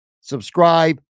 subscribe